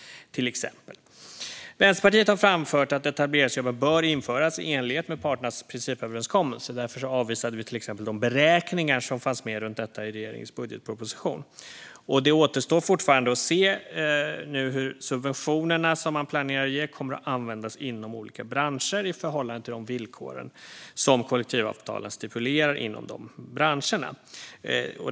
Vänsterpartiet har framfört att etableringsjobben bör införas i enlighet med parternas principöverenskommelse. Därför avvisade vi till exempel de beräkningar som fanns med runt detta i regeringens budgetproposition. Det återstår fortfarande att se hur subventionerna som man planerar att ge kommer att användas inom olika branscher i förhållande till de villkor som kollektivavtalen stipulerar inom de branscherna.